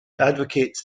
advocates